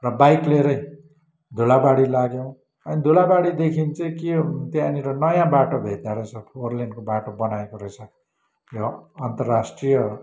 र बाइक लिएरै धुलाबारी लाग्यौँ र धुलाबारीदेखि चाहिँ के त्यहाँनिर नयाँ बाटो भेट्दा रहेछ फोरलेनको बाटो बनाएको रहेछ यो अन्तराष्ट्रिय